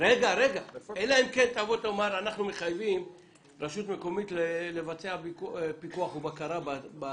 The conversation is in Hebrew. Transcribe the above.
שהוא מחייב רשות מקומית לבצע פיקוח ובקרה.